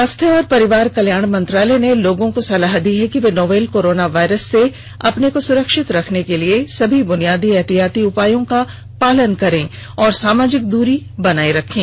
स्वास्थ्य और परिवार कल्याण मंत्रालय ने लोगों को सलाह दी है कि वे नोवल कोरोना वायरस से अपने को सुरक्षित रखने के लिए सभी बुनियादी एहतियाती उपायों का पालन करें और सामाजिक दूरी बनाए रखें